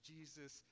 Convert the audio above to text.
Jesus